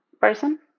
person